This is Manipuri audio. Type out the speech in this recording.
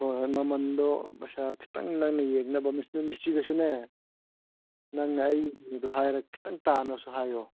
ꯍꯣꯏ ꯍꯣꯏ ꯃꯃꯟꯗꯣ ꯄꯩꯁꯥ ꯈꯤꯇꯪ ꯅꯪꯅ ꯌꯦꯡꯅꯕ ꯃꯤꯁꯇ꯭ꯔꯤꯗꯁꯨꯅꯦ ꯅꯪꯅ ꯑꯩꯒꯤꯗꯨ ꯍꯥꯏꯔꯒ ꯈꯤꯇꯪ ꯇꯥꯅꯁꯨ ꯍꯥꯏꯌꯣ